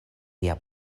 via